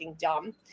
dumb